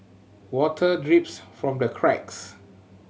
water drips from the cracks